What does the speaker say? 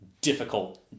difficult